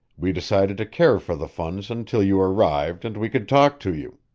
we decided to care for the funds until you arrived and we could talk to you.